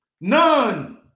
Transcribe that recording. None